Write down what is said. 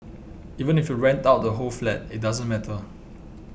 even if you rent out the whole flat it doesn't matter